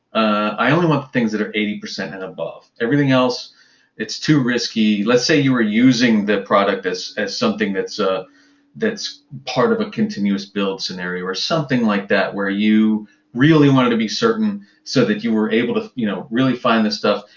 i only want thing that are eighty percent and above. everything else it's too risky. let's say you were using the product as something that's ah that's part of a continuous build scenario or something like that where you really wanted to be certain so that you were able to you know really find this stuff.